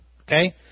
okay